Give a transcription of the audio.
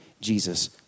Jesus